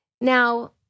Now